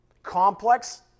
Complex